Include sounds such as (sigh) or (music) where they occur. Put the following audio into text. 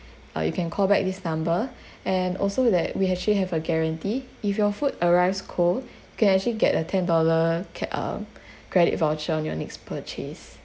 uh you can call back this number (breath) and also that we actually have a guarantee if your food arrives cold you can actually get a ten dollar cap um credit voucher on your next purchase